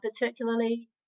particularly